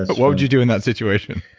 but what would you do in that situation?